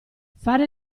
fare